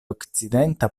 okcidenta